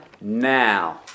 now